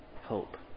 Hope